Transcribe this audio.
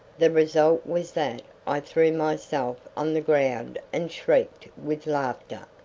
the result was that i threw myself on the ground and shrieked with laughter,